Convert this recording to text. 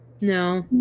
No